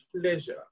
pleasure